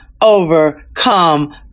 overcome